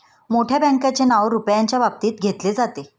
मोठ्या बँकांचे नाव रुपयाच्या बाबतीत घेतले जाते